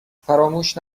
فراموش